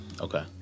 Okay